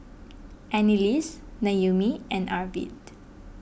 Anneliese Noemie and Arvid